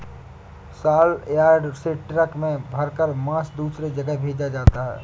सलयार्ड से ट्रक में भरकर मांस दूसरे जगह भेजा जाता है